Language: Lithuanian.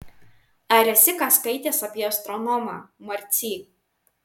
ar esi ką skaitęs apie astronomą marcy